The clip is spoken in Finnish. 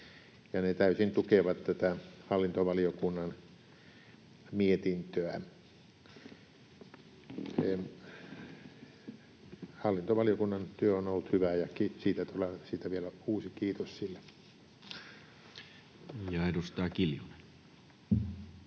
ne täysin tukevat tätä hallintovaliokunnan mietintöä. Hallintovaliokunnan työ on ollut hyvää, ja siitä vielä uusi kiitos sille. Ja edustaja Kiljunen.